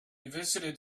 visited